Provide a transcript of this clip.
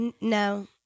no